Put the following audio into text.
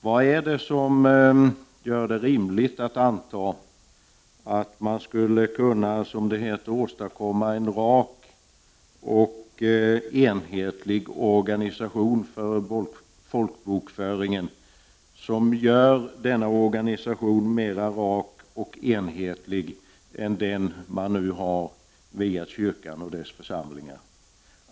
Vad är det som gör det rimligt att anta att man skulle kunna, som det heter, åstadkomma en rak och enhetlig organisation för folkbokföringen, så att denna organisation blir mera rak och enhetlig än den man nu har via kyrkan och dess församlingar?